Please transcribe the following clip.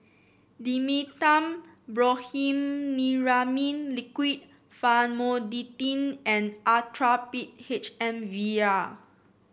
Dimetapp Brompheniramine Liquid Famotidine and Actrapid H M vial